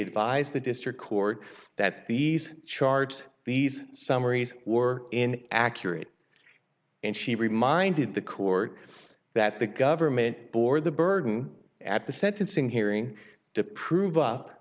advised the district court that these charged these summaries were in accurate and she reminded the court that the government bore the burden at the sentencing hearing to prove up